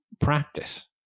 practice